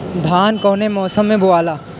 धान कौने मौसम मे बोआला?